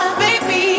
baby